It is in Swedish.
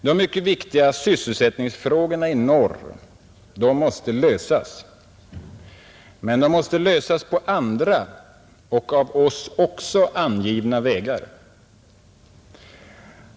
De mycket viktiga frågorna om sysselsättningen i norr måste lösas, men de måste lösas på andra och av oss också angivna vägar.